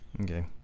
okay